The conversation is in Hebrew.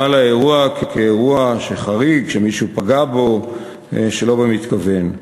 על האירוע כאירוע חריג שמישהו פגע בו שלא במתכוון.